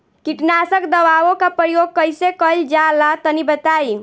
कीटनाशक दवाओं का प्रयोग कईसे कइल जा ला तनि बताई?